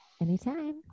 Anytime